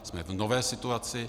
Jsme v nové situaci.